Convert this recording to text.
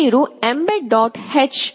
మీరు ఈ embed header mbed